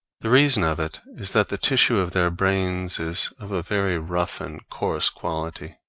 the reason of it is that the tissue of their brains is of a very rough and coarse quality.